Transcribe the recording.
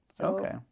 Okay